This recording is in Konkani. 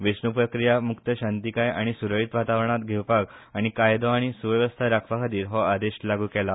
वेंचणूक प्रक्रिया मुक्त शांतीकाय आनी सुरळीत वातावरणात घेवपाक आनी कायदो आनी सुवेवस्था राखपाखातीर हो आदेश लागू केला